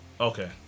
Okay